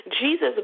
Jesus